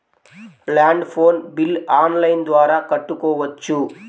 Land phone bill online ద్వారా కట్టుకోవచ్చు?